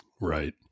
Right